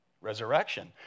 resurrection